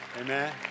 Amen